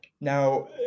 Now